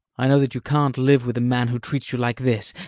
i know that you can't live with a man who treats you like this!